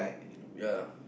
ya